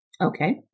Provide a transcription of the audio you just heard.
Okay